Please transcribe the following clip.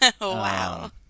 Wow